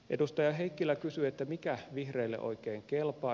edustaja heikkilä kysyi mikä vihreille oikein kelpaa